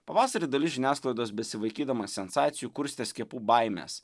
pavasarį dalis žiniasklaidos besivaikydama sensacijų kurstė skiepų baimes